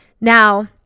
Now